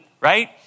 right